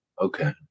Okay